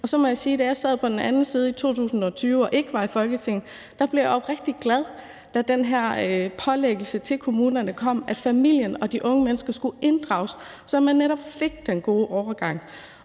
Så må jeg sige, at da jeg sad på den anden side i 2020 og ikke var i Folketinget, blev jeg oprigtig glad, da der kom det her pålæg til kommunerne om, at familien og de unge mennesker skulle inddrages, så man netop fik den gode overgang.